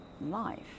life